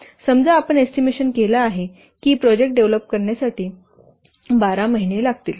समजा आपण एस्टिमेशन केला आहे की प्रोजेक्ट डेव्हलप करण्यासाठी 12 महिने लागतील